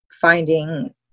finding